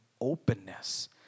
openness